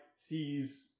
Sees